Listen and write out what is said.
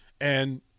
And-